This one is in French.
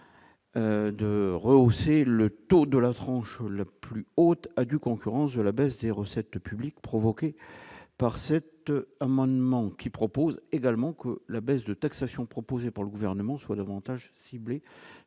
De rehausser le taux de la tranche le plus haute à due concurrence de la baisse des recettes publiques provoquée par cet amendement, qui propose également que la baisse de taxation proposée par le gouvernement soient davantage ciblées